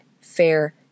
fair